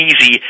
easy